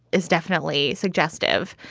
it's definitely suggestive.